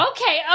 Okay